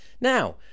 Now